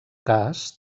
cas